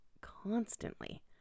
constantly